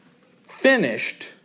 finished